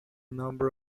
number